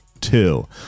Two